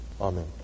Amen